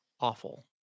Awful